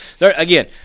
again